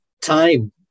time